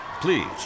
Please